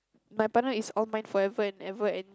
my partner is all mine forever and ever and